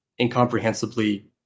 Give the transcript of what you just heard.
incomprehensibly